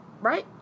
right